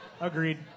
Agreed